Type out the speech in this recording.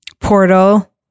portal